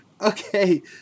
Okay